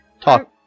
Talk